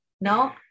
No